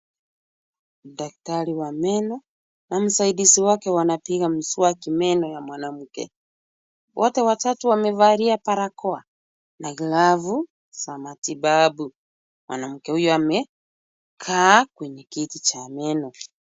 Daktari na msaidizi wake wanapiga mswaki meno la mwanamke. Wote watatu wamevalia barakoa na glavu za matibabu. Mwanamke huyu amekaa kwenye kiti cha meno.